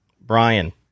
Brian